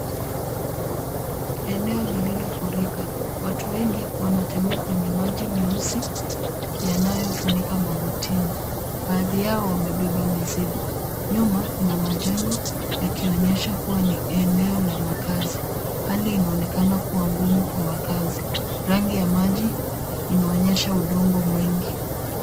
Eneo lililofurika. Watu wengi wanatembea kwenye maji meusi yanayofunika magotini. Baadhi yao wamebeba mizigo. Nyuma kuna majengo yakionyesha kuwa ni eneo la makazi. Hali inaonekana kuwa ngumu kwa wakazi. Rangi ya maji inaonyesha udongo mwingi.